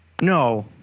no